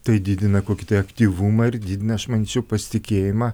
tai didina kokį tai aktyvumą ir didina aš manyčiau pasitikėjimą